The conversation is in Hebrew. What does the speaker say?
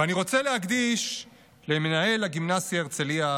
ואני רוצה להקדיש למנהל הגימנסיה הרצליה,